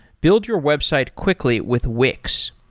build your website quickly with wix.